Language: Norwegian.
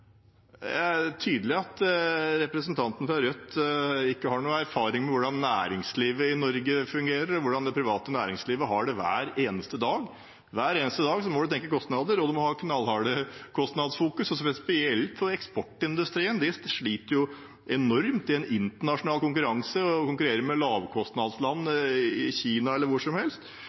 erfaring med hvordan næringslivet i Norge fungerer, og hvordan det private næringslivet har det hver eneste dag. Hver eneste dag må en tenke kostnader, og en må ha et knallhardt kostnadsfokus. Spesielt eksportindustrien sliter enormt i en internasjonal konkurranse og konkurrerer med lavkostnadsland, Kina eller hvilket som helst